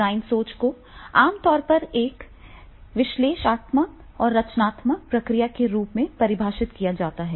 design सोच को आम तौर पर एक विश्लेषणात्मक और रचनात्मक प्रक्रिया के रूप में परिभाषित किया जाता है